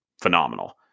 phenomenal